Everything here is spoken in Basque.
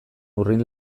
urrin